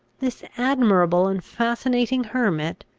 this admirable and fascinating hermit,